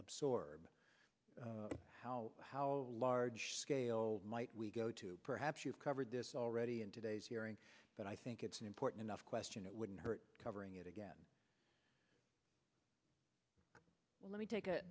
absorb and how how large scale might we go to perhaps you've covered this already in today's hearing but i think it's an important enough question that wouldn't hurt covering it again let me take a